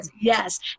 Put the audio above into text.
Yes